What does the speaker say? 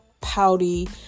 pouty